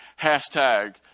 hashtag